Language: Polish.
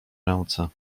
ręce